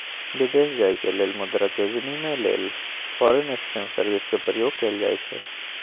विदेश जाय के लेल मुद्रा के विनिमय लेल फॉरेन एक्सचेंज सर्विस के प्रयोग कएल जाइ छइ